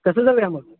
कसं जाऊया आम्हाला